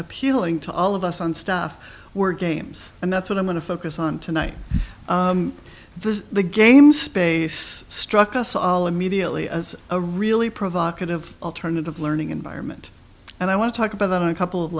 appealing to all of us on stuff we're games and that's what i'm going to focus on tonight this is the game space struck us all immediately as a really provocative alternative learning environment and i want to talk about that in a couple of